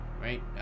right